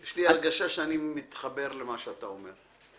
יש לי הרגשה שאני מתחבר למה שאתה אומר.